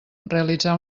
realitzar